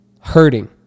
hurting